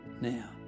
now